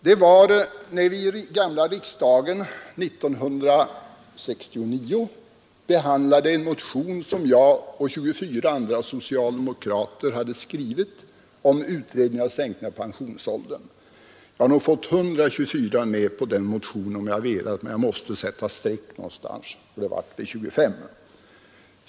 Det var när vi i den gamla riksdagen 1969 behandlade en motion som jag och 24 andra socialdemokrater hade väckt om utredning om sänkning av pensionsåldern. Jag hade nog fått 124 med på den motionen om jag hade velat, men jag måste sätta stopp någonstans och det blev vid 25.